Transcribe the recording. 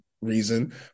reason